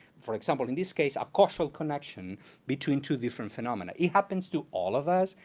for example, in this case, a causal connection between two different phenomena. it happens to all of us.